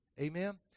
Amen